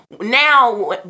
now